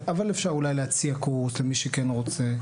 אבל אפשר אולי להציע קורס למי שכן רוצה.